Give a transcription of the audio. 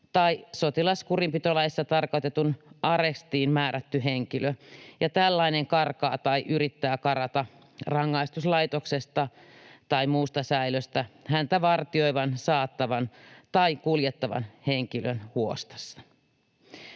tai sotilaskurinpitolaissa tarkoitettuun arestiin määrätty henkilö, ja tällainen karkaa tai yrittää karata rangaistuslaitoksesta tai muusta säilöstä häntä vartioivan, saattavan tai kuljettavan henkilön huostasta.